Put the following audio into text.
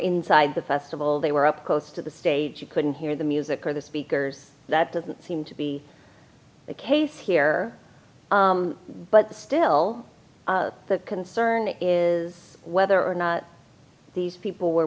inside the festival they were up close to the stage you couldn't hear the music or the speakers that doesn't seem to be the case here but still the concern is whether or not these people were